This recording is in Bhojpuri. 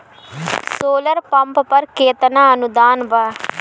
सोलर पंप पर केतना अनुदान बा?